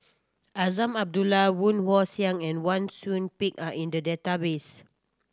Azman Abdullah Woon Wah Siang and Wang Sui Pick are in the database